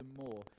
more